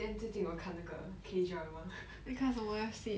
then 最近我看那个 K drama